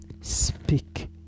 speak